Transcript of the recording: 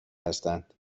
هستند